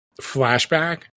flashback